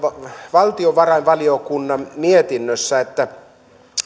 valtiovarainvaliokunnan mietinnössä todetaan että